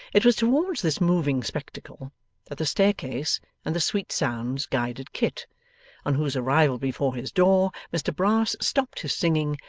it was towards this moving spectacle that the staircase and the sweet sounds guided kit on whose arrival before his door, mr brass stopped his singing,